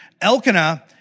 Elkanah